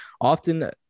often